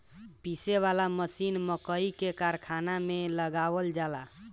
पीसे वाला मशीन मकई के कारखाना में लगावल जाला